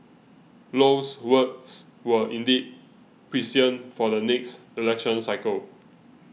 Low's words were indeed prescient for the next election cycle